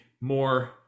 more